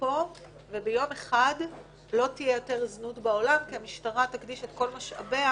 לתוקפו וביום אחד לא תהיה יותר זנות בעולם כי המשטרה תקדיש את כל משאביה